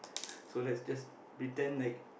so let's just pretend like